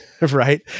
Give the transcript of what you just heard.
Right